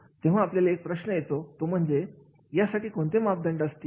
तेव्हा आपल्याला एक प्रश्न येतो तो म्हणजे यासाठी कोणते मापदंड असतील